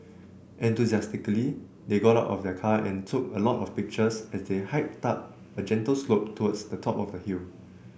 enthusiastically they got out of the car and took a lot of pictures as they hiked up a gentle slope towards the top of the hill